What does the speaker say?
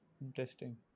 Interesting